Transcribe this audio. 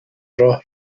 راه